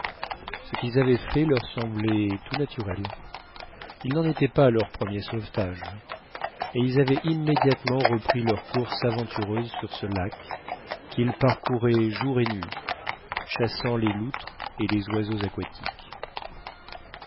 ce qu'ils avaient fait leur semblait tout naturel ils n'en étaient pas à leur premier sauvetage et ils avaient immédiatement repris leur course aventureuse sur ce lac qu'ils parcouraient jour et nuit chassant les loutres et les oiseaux aquatiques